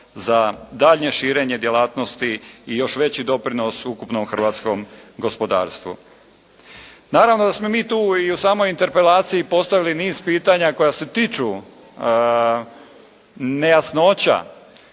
za daljnje širenje djelatnosti i još veći doprinos u ukupnom hrvatskom gospodarstvu. Naravno da smo mi tu i u samoj interpelaciji postavili niz pitanja koja se tiču nejasnoća.